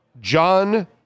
John